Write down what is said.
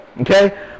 Okay